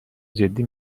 جدی